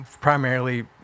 primarily